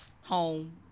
home